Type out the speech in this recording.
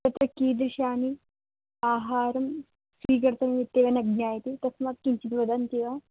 तत्र कीदृशानि आहारं स्वीकर्तव्यमित्येव न ज्ञायते तस्मात् किञ्चित् वदन्ति वा